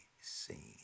seen